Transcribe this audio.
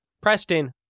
Preston